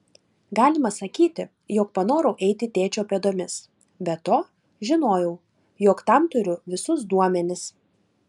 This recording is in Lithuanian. galima sakyti jog panorau eiti tėčio pėdomis be to žinojau jog tam turiu visus duomenis